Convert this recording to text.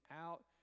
out